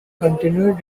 continued